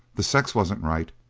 the sex wasn't right,